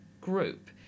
group